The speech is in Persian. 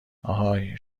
آهای